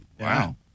Wow